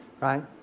right